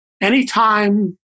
Anytime